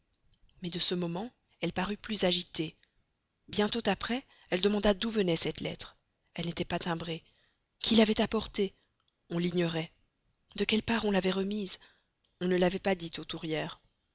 mais de ce moment elle parut plus agitée bientôt après elle demanda d'où venait cette lettre elle n'était pas timbrée qui l'avait apportée on l'ignorait de quelle part on l'avait remise on ne l'avait pas dit aux tourières